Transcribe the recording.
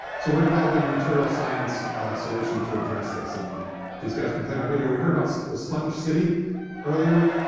so we're developing a material science solution to address this. and these guys can play my video. we heard about the sponge city earlier.